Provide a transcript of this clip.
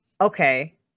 Okay